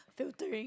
torturing